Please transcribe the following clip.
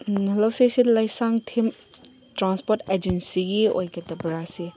hello ꯁꯤꯁꯦ ꯂꯩꯁꯥꯡꯊꯦꯝ transport ꯑꯦꯖꯦꯟꯁꯤꯒꯤ ꯑꯣꯏꯒꯗꯕ꯭ꯔ ꯑꯁꯦ